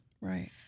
Right